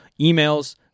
emails